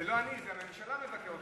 זה לא אני, זה הממשלה, אותך.